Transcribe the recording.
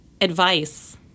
advice